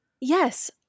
yes